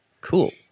Cool